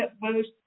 boost